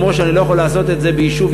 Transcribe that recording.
כמו שאני לא יכול לעשות את זה ביישוב